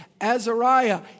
Azariah